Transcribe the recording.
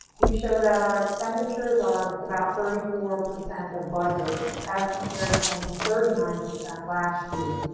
we show that our expenditures are about thirty four percent of budget as compared to almost thirty nine percent last year.